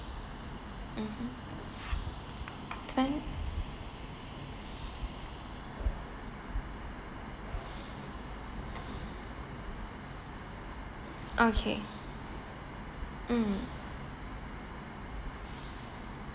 mmhmm then okay mm